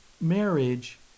marriage